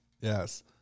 Yes